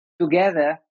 together